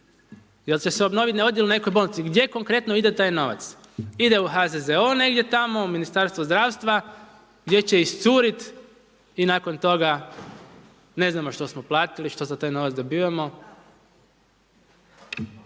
Je li će se obnoviti odjel u nekoj bolnici? Gdje konkretno ide taj novac? Ide u HZZO negdje tamo, u Ministarstvo zdravstva gdje će iscuriti i nakon toga ne znamo što smo platili, što za taj novac dobivamo.